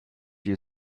you